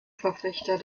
verfechter